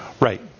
Right